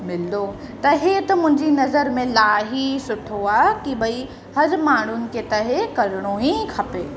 मिलंदो त इहे त मुंहिंजी नज़र में इलाही सुठो आहे कि भई हर माण्हुनि खे त इहो करिणो ई खपे